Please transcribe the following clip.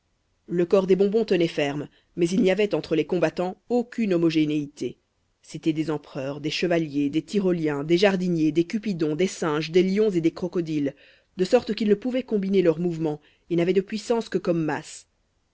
le corps des bonbons tenait ferme mais il n'y avait entre les combattants aucune homogénéité c'étaient des empereurs des chevaliers des tyroliens des jardiniers des cupidons des singes des lions et des crocodiles de sorte qu'ils ne pouvaient combiner leurs mouvements et n'avaient de puissance que comme masse